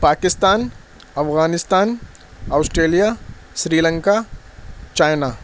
Pakistan Afghanistan Australia Sri Lanka China